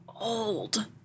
old